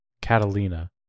Catalina